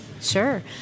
Sure